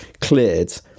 cleared